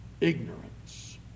ignorance